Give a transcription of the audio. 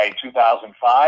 2005